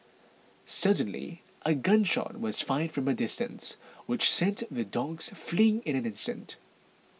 suddenly a gun shot was fired from a distance which sent the dogs fleeing in an instant